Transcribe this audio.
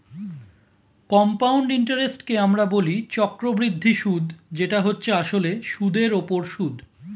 compound ইন্টারেস্টকে আমরা বলি চক্রবৃদ্ধি সুদ যেটা হচ্ছে আসলে সুদের উপর সুদ